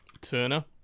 Turner